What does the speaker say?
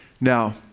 Now